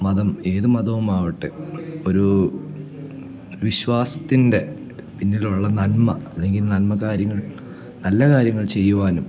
മതം ഏത് മതവും ആവട്ടെ ഒരൂ വിശ്വാസത്തിൻ്റെ പിന്നിലുള്ള നന്മ അല്ലെങ്കിൽ നന്മകാര്യങ്ങൾ നല്ലകാര്യങ്ങൾ ചെയ്യുവാനും